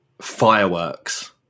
fireworks